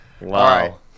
Wow